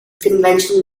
conventional